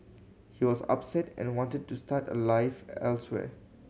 he was upset and wanted to start a life elsewhere